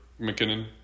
mckinnon